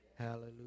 Hallelujah